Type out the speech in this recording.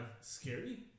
scary